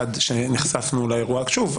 אחד שנחשפנו לאירוע שוב,